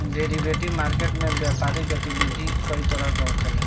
derivative market में व्यापारिक गतिविधि कई तरह से होखेला